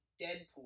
Deadpool